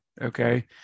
okay